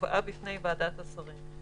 הובאה בפני ועדת השרים".